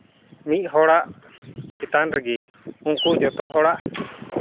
ᱢᱤᱫ ᱦᱚᱲᱟᱜ ᱪᱮᱛᱟᱱ ᱨᱮᱜᱮ ᱩᱱᱠᱩ ᱡᱚᱛᱚ ᱦᱚᱲᱟᱜ